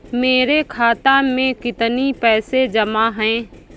मेरे खाता में कितनी पैसे जमा हैं?